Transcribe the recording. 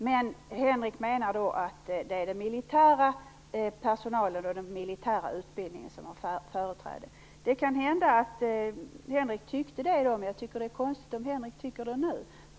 Henrik Landerholm menar då att det är den militära personalen och den militära utbildningen som har företräde. Det kan hända att Henrik Landerholm tyckte det då, men jag tycker att det är konstigt om han tycker det nu.